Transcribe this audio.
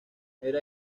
era